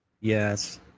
yes